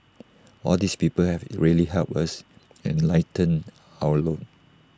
all these people have really helped us and lightened our load